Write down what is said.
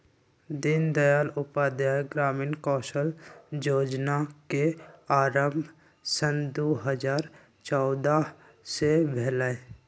दीनदयाल उपाध्याय ग्रामीण कौशल जोजना के आरम्भ सन दू हज़ार चउदअ से भेलइ